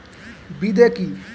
বিদে কি?